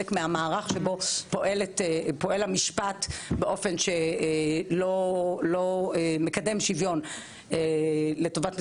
מהמערך שבו פועל המשפט באופן שלא מקדם שיווין לטובת מזרחים,